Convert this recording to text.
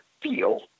feel